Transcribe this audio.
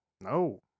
No